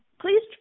please